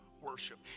worship